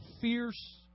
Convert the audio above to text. fierce